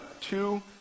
two